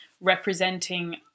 representing